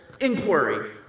inquiry